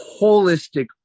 holistic